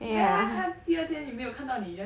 then 他第二天你没有看到你 just